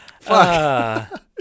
fuck